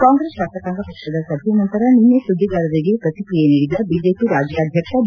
ಕಾಂಗ್ರೆಸ್ ಶಾಸಕಾಂಗ ಪಕ್ಷದ ಸಭೆ ನಂತರ ನಿನ್ನೆ ಸುದ್ದಿಗಾರರಿಗೆ ಪ್ರಕ್ರಿಯೆ ನೀಡಿದ ಬಿಜೆಪಿ ರಾಜ್ಯಾಧ್ಯಕ್ಷ ಬಿ